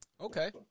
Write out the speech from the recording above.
Okay